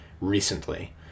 recently